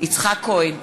יצחק כהן,